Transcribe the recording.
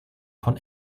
von